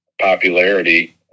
popularity